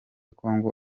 congo